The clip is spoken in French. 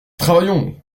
travaillons